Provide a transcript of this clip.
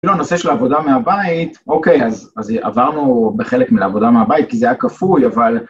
כאילו הנושא של העבודה מהבית, אוקיי, אז עברנו חלק מעבודה מהבית כי זה היה כפוי, אבל...